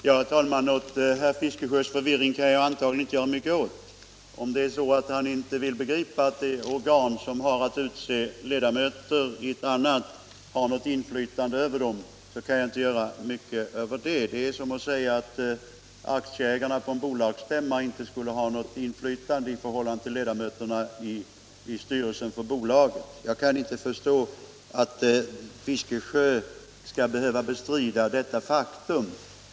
Herr talman! Herr Fiskesjös förvirring kan jag antagligen inte göra mycket åt. Om han inte vill begripa att det organ som har att utse ledamöter i ett annat har något inflytande över det, så kan jag inte annat än konstatera det. Men det är som att säga att aktieägarna på en bolagsstämma inte skulle ha något inflytande i förhållande till ledamöterna av styrelsen för bolaget. Jag kan inte förstå att herr Fiskesjö skall behöva bestrida detta faktum.